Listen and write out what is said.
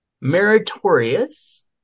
meritorious